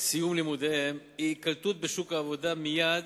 סיום לימודיהם היא היקלטות בשוק העבודה מייד